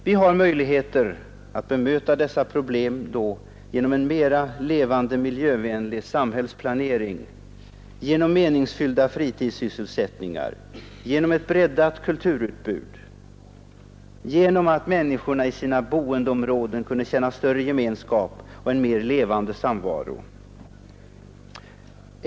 Vi har möjligheter att möta dessa problem genom en mera levande och miljövänlig samhällsplanering, genom meningfyllda fritidssysselsättningar, genom ett breddat kulturutbud, så att människorna i sina boendeområden kan känna större gemenskap och uppleva en mer levande samvaro.